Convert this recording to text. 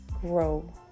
grow